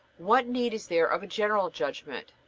what need is there of a general judgment?